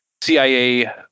CIA